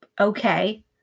okay